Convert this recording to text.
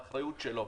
האחריות שלו.